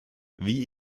wie